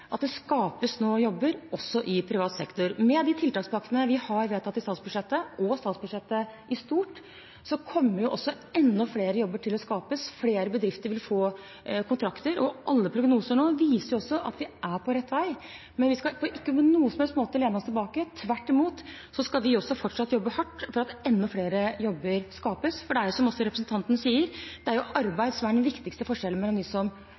at det skapes jobber også i privat sektor. Med de tiltakspakkene vi har vedtatt i statsbudsjettet, og med statsbudsjettet i stort, kommer enda flere jobber til å skapes, flere bedrifter vil få kontrakter. Alle prognoser viser nå at vi er på rett vei, men vi skal ikke på noen som helst måte lene oss tilbake. Tvert imot skal vi også fortsatt jobbe hardt for at enda flere jobber skapes, for, som også representanten sier, det er arbeid som er den viktigste forskjellen mellom dem som